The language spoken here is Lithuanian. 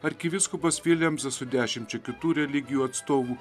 arkivyskupas viljamsas su dešimčia kitų religijų atstovų